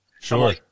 Sure